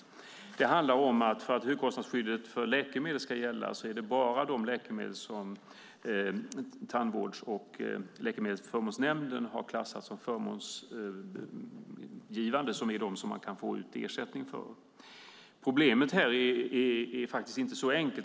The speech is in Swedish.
När det handlar om vad högkostnadsskyddet för läkemedel ska gälla är det bara de läkemedel som Tandvårds och läkemedelsförmånsverket har klassat som förmånsgivande som man kan få ersättning för. Problemet här är faktiskt inte så enkelt.